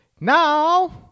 Now